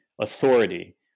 authority